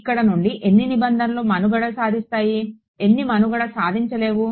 ఇక్కడ నుండి ఎన్ని నిబంధనలు మనుగడ సాదిస్తాయి ఎన్ని మనుగడ సాగించలేవు